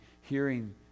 hearing